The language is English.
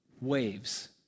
waves